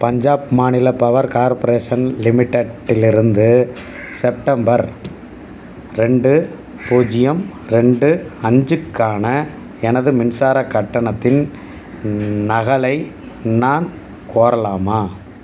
பஞ்சாப் மாநில power corporation லிமிட்டெட்டிலிருந்து September ரெண்டு பூஜ்ஜியம் ரெண்டு அஞ்சுக்கான எனது மின்சாரக் கட்டணத்தின் நகலை நான் கோரலாமா